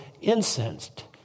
incensed